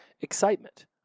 excitement